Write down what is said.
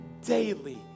daily